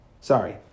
Sorry